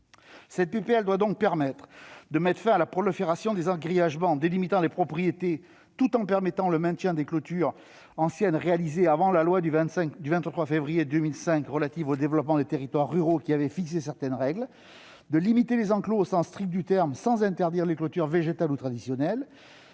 texte doit donc mettre fin à la prolifération des engrillagements délimitant les propriétés, tout en permettant le maintien des clôtures anciennes réalisées avant la loi du 23 février 2005 relative au développement des territoires ruraux, qui avait fixé certaines règles. Il doit limiter les enclos au sens strict du terme sans interdire les clôtures végétales ou traditionnelles,